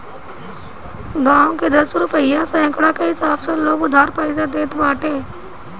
गांव में दस रुपिया सैकड़ा कअ हिसाब से लोग उधार पईसा देत बाटे